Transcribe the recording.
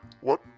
What-